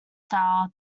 style